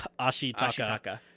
Ashitaka